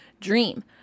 Dream